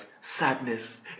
sadness